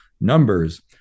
numbers